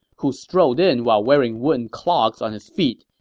who strolled in while wearing wooden clogs on his feet,